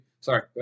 Sorry